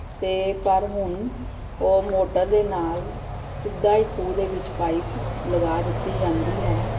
ਅਤੇ ਪਰ ਹੁਣ ਉਹ ਮੋਟਰ ਦੇ ਨਾਲ ਸਿੱਧਾ ਹੀ ਖੂਹ ਦੇ ਵਿੱਚ ਪਾਈਪ ਲਗਾ ਦਿੱਤੀ ਜਾਂਦੀ ਹੈ